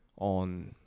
on